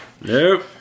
Nope